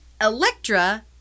Electra